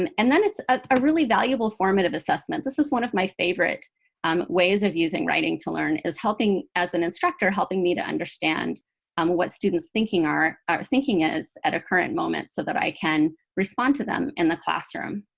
um and then it's a really valuable formative assessment. this is one of my favorite um ways of using writing-to-learn, is helping, as an instructor, helping me to understand um what students' thinking are, or thinking is at a current moment so that i can respond to them in the classroom.